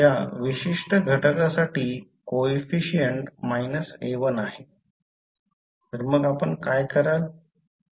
या विशिष्ट घटकासाठी कोइफिसिएंट a1 आहे तर मग आपण काय कराल